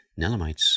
Nelamites